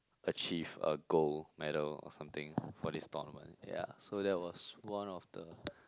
achieve a gold meal or something for this tournament ya so that was one of the